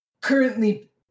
currently